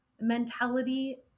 mentality